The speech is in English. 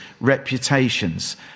reputations